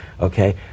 okay